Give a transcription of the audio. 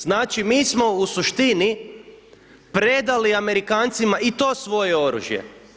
Znači, mi smo u suštini predali Amerikancima i to svoje oružje.